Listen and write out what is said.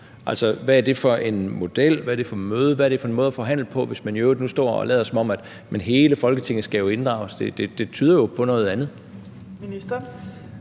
hvad er det for et møde, hvad er det for en måde at forhandle på, hvis man i øvrigt nu står og lader, som om hele Folketinget skal inddrages? Det tyder jo på noget andet.